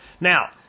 Now